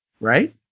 right